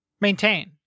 maintain